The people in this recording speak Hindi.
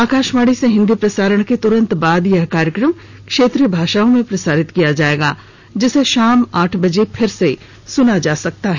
आकाशवाणी से हिंदी प्रसारण के तुरंत बाद यह कार्यक्रम क्षेत्रीय भाषाओं में प्रसारित किया जाएगा जिसे शाम आठ बजे फिर से सुना जा सकता है